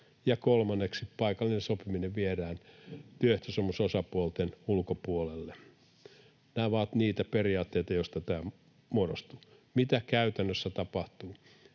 Ja kolmanneksi, paikallinen sopiminen viedään työehtosopimusosapuolten ulkopuolelle. Nämä ovat niitä periaatteita, joista tämä muodostuu. Mitä käytännössä tapahtuu?